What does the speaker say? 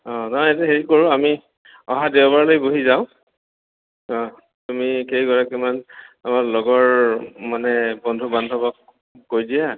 অঁ নাই এইটো হেৰি কৰোঁ আমি অহা দেওবাৰলৈ বহি যাওঁ অঁ তুমি কেইগৰাকীমান আমাৰ লগৰ মানে বন্ধু বান্ধৱক কৈ দিয়া